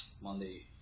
Monday